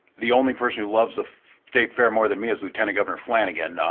the only person who loves the state fair more than me is lieutenant governor flanagan,